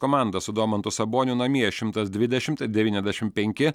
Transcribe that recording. komandą su domantu saboniu namie šimtas dvidešimt devyniasdešimt penki